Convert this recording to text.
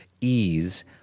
ease